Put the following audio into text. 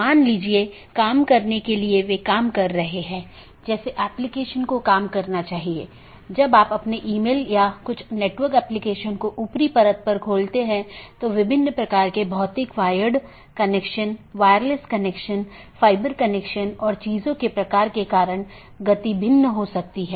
interior gateway protocol में router को एक ऑटॉनमस सिस्टम के भीतर जानकारी का आदान प्रदान करने की अनुमति होती है